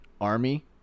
army